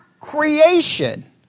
creation